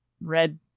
red